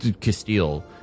Castile